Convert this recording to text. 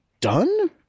done